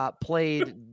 played